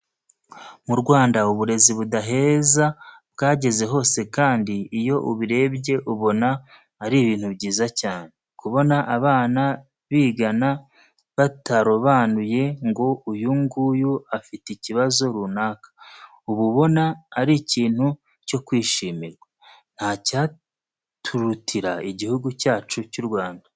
Mu Rwanda uburezi budaheza bwageze hose kandi iyo ubirebye ubona ari ibintu byiza cyane. Kubona abana bigana batarobanuye ngo uyu nguyu afite ikibazo runaka, uba ubona ari ikintu cyo kwishimirwa. Ntacyaturutira Igihugu cyacu cy'u Rwanda.